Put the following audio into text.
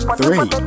three